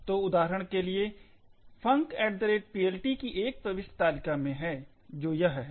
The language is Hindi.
तो उदाहरण के लिए funcPLT की एक प्रविष्टि तालिका में है जो यह है